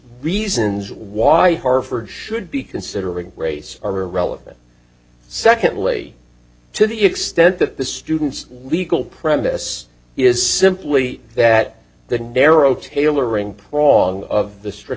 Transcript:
reasons why harvard should be considering race are irrelevant secondly to the extent that the student's legal premise is simply that the narrow tailoring prong of the strict